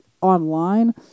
online